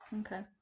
Okay